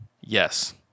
Yes